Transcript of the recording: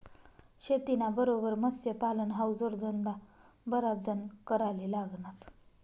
शेतीना बरोबर मत्स्यपालन हावू जोडधंदा बराच जण कराले लागनात